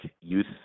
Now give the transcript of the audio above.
youth